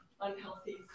unhealthy